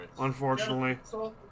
Unfortunately